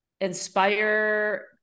inspire